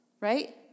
Right